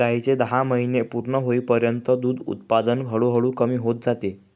गायीचे दहा महिने पूर्ण होईपर्यंत दूध उत्पादन हळूहळू कमी होत जाते